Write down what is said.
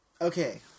Okay